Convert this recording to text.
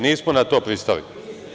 Nismo na to pristali.